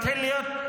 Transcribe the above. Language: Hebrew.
מתחיל להיות,